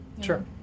Sure